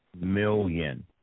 million